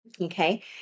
Okay